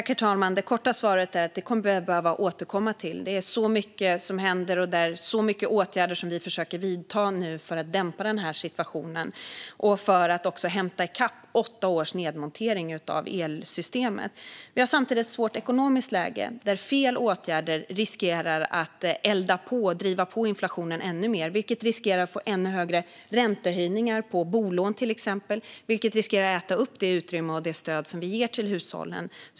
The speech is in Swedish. Herr talman! Det korta svaret är att vi kommer att behöva återkomma till det. Det är mycket som händer, och vi försöker nu vidta många åtgärder för att dämpa situationen och för att hämta i kapp åtta års nedmontering av elsystemet. Vi har samtidigt ett svårt ekonomiskt läge. Fel åtgärder riskerar att driva på inflationen ännu mer. Det riskerar att leda till ännu högre räntehöjningar, till exempel på bolån, och det riskerar att äta upp det utrymme och det stöd som vi ger till hushållen.